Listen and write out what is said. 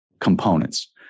components